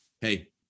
hey